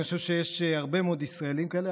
אני חושב שיש הרבה מאוד ישראלים כאלה,